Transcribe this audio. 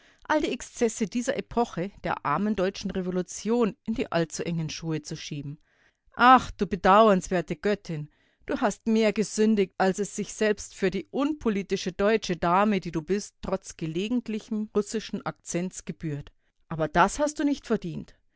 all die exzesse dieser epoche der armen deutschen revolution in die allzu engen schuhe zu schieben ach du bedauernswerte göttin du hast mehr gesündigt als es sich selbst für die unpolitische deutsche dame die du bist trotz gelegentlichen russischen akzents gebührt aber das hast du nicht verdient